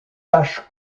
tâches